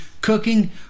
cooking